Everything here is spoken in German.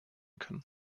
können